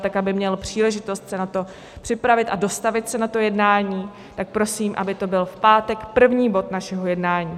Tak aby měl příležitost se na to připravit a dostavit se na to jednání, tak prosím, aby to bylo v pátek, první bod našeho jednání.